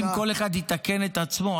אם כל אחד יתקן את עצמו,